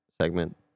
Segment